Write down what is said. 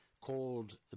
called